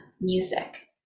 music